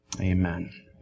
Amen